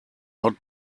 not